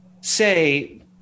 say